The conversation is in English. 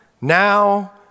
now